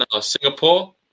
Singapore